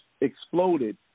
exploded